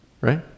Right